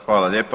Hvala lijepa.